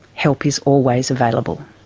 help is always available.